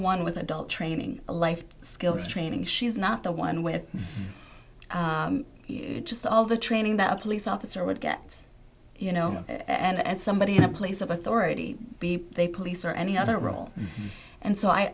one with adult training a life skills training she's not the one with just all the training that a police officer would get you know and somebody in a place of authority be they police or any other role and so